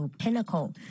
pinnacle